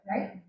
right